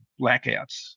blackouts